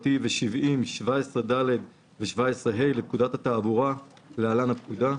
ו-70(17ד) ו-(17ה) לפקודת התעבורה (להלן, הפקודה),